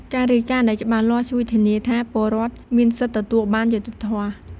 ការរាយការណ៍ដែលច្បាស់លាស់ ជួយធានាបានថាពលរដ្ឋមានសិទ្ធិទទួលបានយុត្តិធម៌។